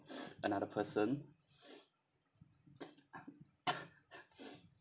another person